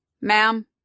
Ma'am